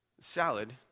Salad